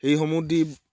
সেইসমূহ দি